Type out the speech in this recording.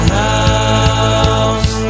house